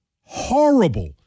horrible